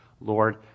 Lord